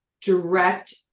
direct